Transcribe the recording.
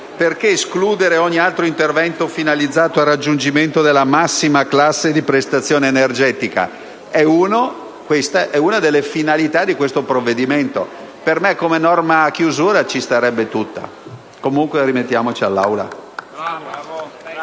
Perché escludere ogni altro intervento finalizzato al raggiungimento della massima classe di prestazione energetica, che invece è una delle finalità di questo provvedimento? Per me, come norma di chiusura ci starebbe tutta, comunque ci rimettiamo all'Aula